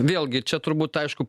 vėlgi čia turbūt aišku